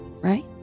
right